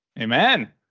Amen